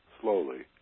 slowly